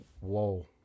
Whoa